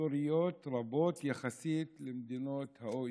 צנתוריות רבות יחסית למדינות ה-OECD.